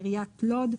עיריית לוד,